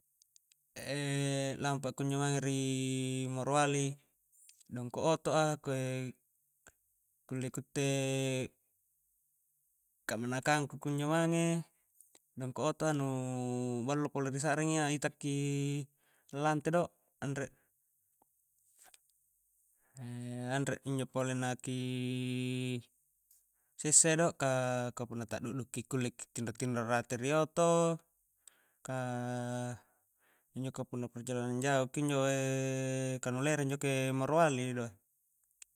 lampa a kunjo mange rii morowali dongko oto'a, kulle ku itte kamanakang ku kunjo mange dongko oto a nu ballo pole risa'ring iya itakki lante do anre anre injo pole na ki sessa iya do ka punna ti'dudu ki kulle ki tinro-tinro rate ri oto, ka injo ka punna perjalanan jau ki injo ka nu lere njoke morowali do e